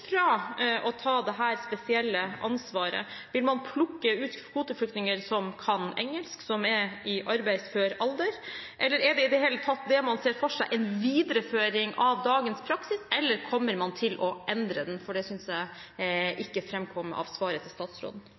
fra å ta dette spesielle ansvaret? Vil man plukke ut kvoteflyktninger som kan engelsk, og som er i arbeidsfør alder? Er det man ser for seg, en videreføring av dagens praksis, eller kommer man til å endre den? Det synes jeg ikke kom fram av